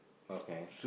okay